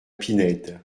pinède